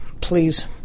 Please